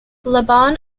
laban